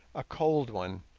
a cold one,